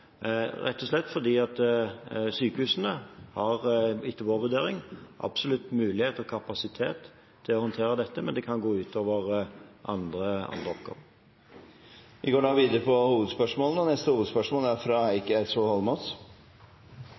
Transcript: slett fordi sykehusene etter vår vurdering absolutt har mulighet og kapasitet til å håndtere dette, men det kan gå ut over andre oppgaver. Vi går til neste hovedspørsmål. Mitt spørsmål går til utenriksminister Børge Brende. På